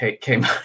came